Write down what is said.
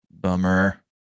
Bummer